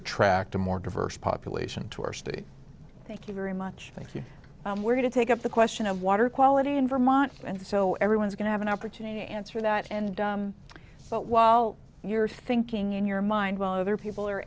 attract a more diverse population to our state thank you very much thank you we're going to take up the question of water quality in vermont and so everyone's going to have an opportunity to answer that and while you're thinking in your mind while other people are